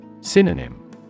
Synonym